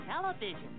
television